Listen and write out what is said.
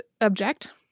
object